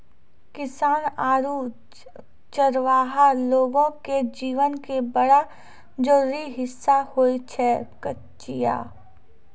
किसान आरो चरवाहा लोगो के जीवन के बड़ा जरूरी हिस्सा होय छै कचिया